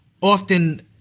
Often